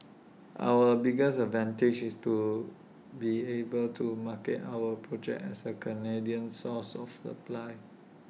our biggest advantage is to be able to market our project as A Canadian source of supply